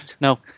No